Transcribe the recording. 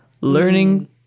learning